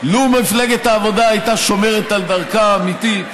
לו מפלגת העבודה הייתה שומרת על דרכה האמיתית